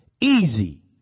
easy